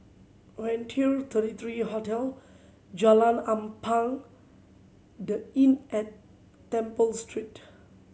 Raintr thirty three Hotel Jalan Ampang The Inn at Temple Street